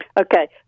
Okay